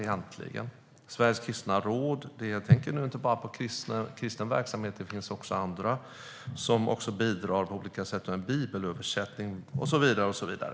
Det finns Sveriges kristna råd. Jag tänker nu inte bara på kristen verksamhet. Det finns också andra som bidrar på olika sätt, en bibelöversättning och så vidare.